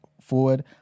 forward